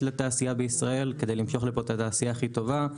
לתעשייה בישראל כדי למשוך לפה את התעשייה הכי טובה,